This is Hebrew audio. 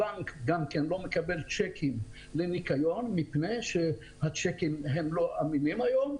הבנק גם כן לא מקבלים צ'קים לניכיון מפני שהצ'קים לא אמינים היום,